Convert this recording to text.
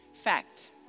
Fact